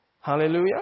Hallelujah